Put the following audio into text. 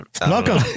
Welcome